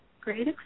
great